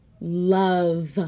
Love